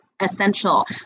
essential